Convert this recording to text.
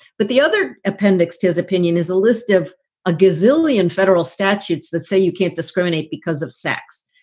but the other appendixes opinion is a list of a gazillion federal statutes that say you can't discriminate because of sex.